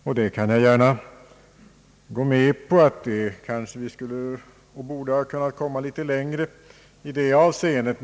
Jag kan gärna gå med på att vi borde kunnat komma något längre i det avseendet.